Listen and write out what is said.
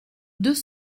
deux